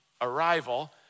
arrival